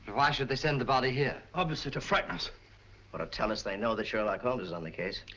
why should they send the body here? obviously to frighten us but tell us they know that sherlock holmes is on the case.